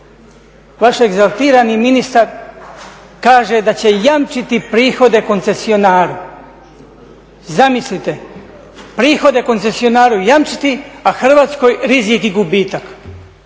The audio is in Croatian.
vaš egzaltirani ministar kaže da će jamčiti prihode koncesionaru. Zamislite! Prihode koncesionaru jamčiti, a Hrvatskoj rizik i gubitak.